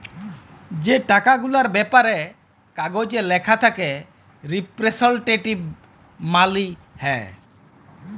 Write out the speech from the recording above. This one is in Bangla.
যে টাকা গুলার ব্যাপারে কাগজে ল্যাখা থ্যাকে রিপ্রেসেলট্যাটিভ মালি হ্যয়